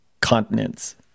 continents